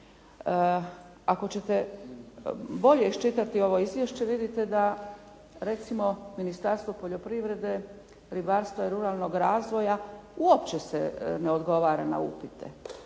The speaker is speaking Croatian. Ako ćete bolje iščitati ovo izvješće, vidite da recimo Ministarstvo poljoprivrede, ribarstva i ruralnog razvoja uopće ne odgovara na upite.